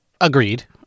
Agreed